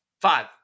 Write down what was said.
five